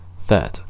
Third